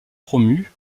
promu